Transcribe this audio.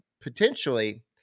potentially